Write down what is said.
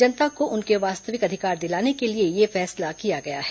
जनता को उनके वास्तविक अधिकार दिलाने के लिए यह फैसला किया गया है